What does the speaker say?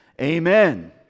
amen